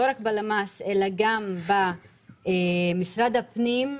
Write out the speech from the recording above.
לא רק בלמ"ס אלא גם במשרד הפנים,